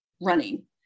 running